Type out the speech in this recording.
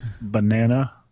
Banana